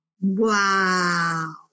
Wow